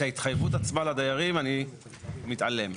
את ההתחייבות עצמה לדיירים אני מתעלם,